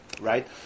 right